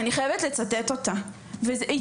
ואשמח לצטט אותה בפניכם,